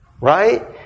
Right